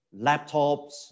laptops